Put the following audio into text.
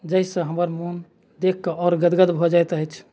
जाहिसँ हमर मोन देखि कऽ आओर गदगद भऽ जाइत अछि